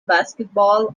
basketball